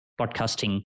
podcasting